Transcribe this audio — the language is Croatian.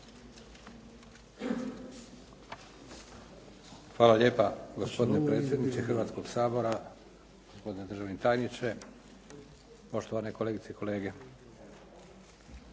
Hvala lijepa. Gospodine predsjedniče Hrvatskog sabora, gospodine državni tajniče, poštovane kolegice i kolege. Za